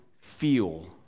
feel